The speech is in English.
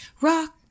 Rock